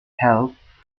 health